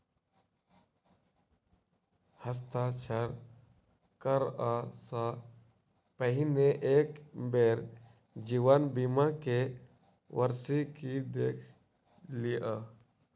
हस्ताक्षर करअ सॅ पहिने एक बेर जीवन बीमा के वार्षिकी देख लिअ